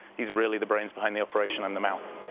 he's really the brains behind the operation i'm the mouth.